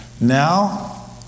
Now